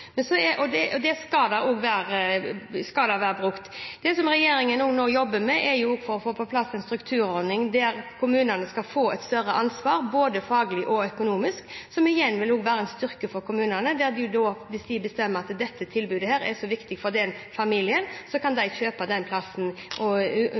få på plass en strukturordning der kommunene skal få et større ansvar, både faglig og økonomisk, som igjen vil være en styrke for kommunene, der de da – hvis de bestemmer at dette tilbudet er så viktig for den familien – kan kjøpe den plassen, uansett om det er en statlig, ideell eller kommersiell aktør. Så det tror jeg også vil være en styrke. Når det gjelder foreldre og